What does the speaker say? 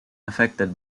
affected